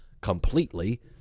completely